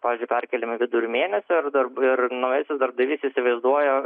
pavyzdžiui perkeliami vidury mėnesio ir darb naujasis darbdavys įsivaizduoja